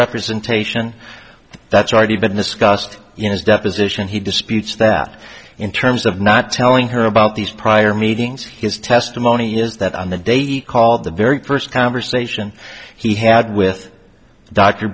representation that's already been discussed in his deposition he disputes that in terms of not telling her about these prior meetings his testimony is that on the day he called the very first conversation he had with d